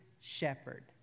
shepherd